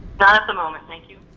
not at the moment thank you.